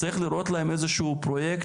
צריך להיות להם איזה שהוא פרויקט